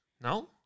No